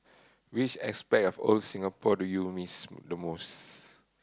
which aspect of old Singapore do you miss the most